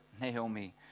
Naomi